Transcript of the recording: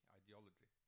ideology